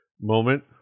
moment